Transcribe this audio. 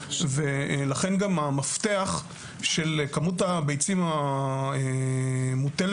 לכן גם המפתח של כמות הביצים לתרנגולת